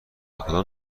کدام